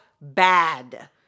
bad